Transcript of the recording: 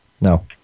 No